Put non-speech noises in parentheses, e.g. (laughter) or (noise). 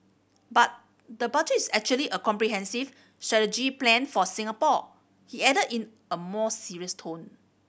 but the Budget is actually a comprehensive (unintelligible) plan for Singapore he added in a more serious tone